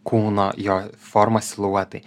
kūno jo forma siluetai